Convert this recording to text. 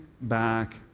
back